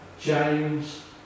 James